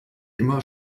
immer